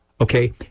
Okay